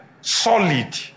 Solid